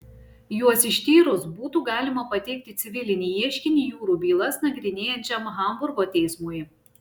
juos ištyrus būtų galima pateikti civilinį ieškinį jūrų bylas nagrinėjančiam hamburgo teismui